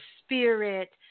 spirit